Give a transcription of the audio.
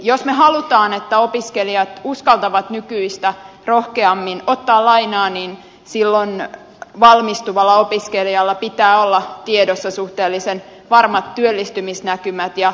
jos me haluamme että opiskelijat uskaltavat nykyistä rohkeammin ottaa lainaa niin silloin valmistuvalla opiskelijalla pitää olla tiedossa suhteellisen varmat työllistymisnäkymät